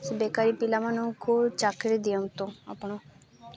ସେ ବେକାରୀ ପିଲାମାନଙ୍କୁ ଚାକିରି ଦିଅନ୍ତୁ ଆପଣ